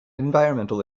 environmental